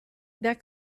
that